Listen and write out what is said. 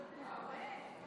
תודה רבה.